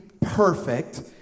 perfect